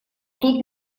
тут